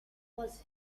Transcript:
was